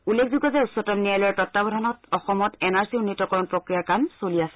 উল্লেখযোগ্য যে উচ্চতম ন্যায়ালয়ৰ তত্বাৱধানত অসমত এন আৰ চি উন্নীতকৰণ প্ৰক্ৰিয়াৰ কাম চলি আছে